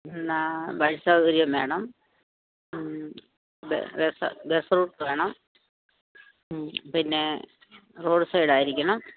bus സൗകര്യം വേണം bus bus route വേണം പിന്നെ റോഡ് സൈഡായിരിക്കണം